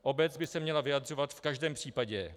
Obec by se měla vyjadřovat v každém případě.